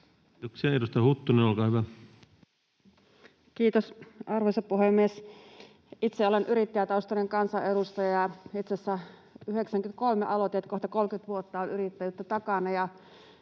Time: 20:03 Content: Kiitos, arvoisa puhemies! Itse olen yrittäjätaustainen kansanedustaja — itse asiassa 93 aloitin, niin että kohta 30 vuotta on yrittäjyyttä takana